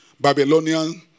Babylonian